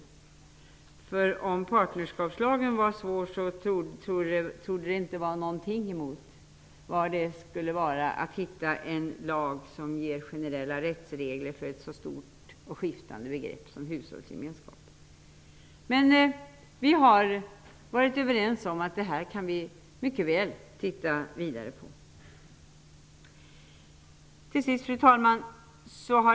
Om det är svårt när det gäller partnerskapslagen torde det inte vara något mot att hitta en konstruktion för en lag som ger generella rättsregler för ett så stort och skiftande begrepp som hushållsgemenskap. Vi har varit överens om att vi mycket väl kan studera frågan vidare. Fru talman!